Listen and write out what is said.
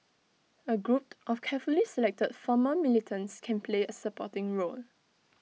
A group of carefully selected former militants can play A supporting role